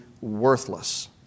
worthless